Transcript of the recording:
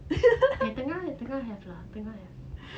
yang tengah yang tengah have lah tengah have